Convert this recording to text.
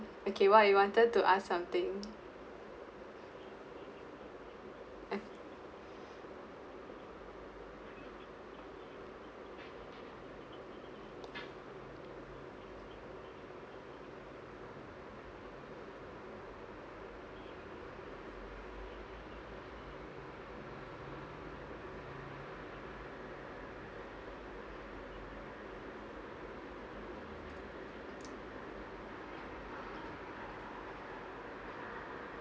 okay what you wanted to ask something